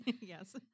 Yes